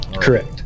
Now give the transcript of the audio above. Correct